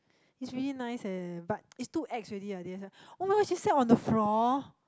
he's really nice eh but it's too ex already ah D_S_L_R [oh]-my-god she sat on the floor